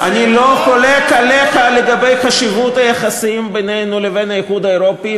אני לא חולק עליך לגבי חשיבות היחסים שבינינו לבין האיחוד האירופי,